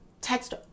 text